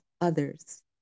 others